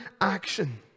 action